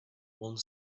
one